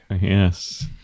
Yes